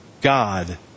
God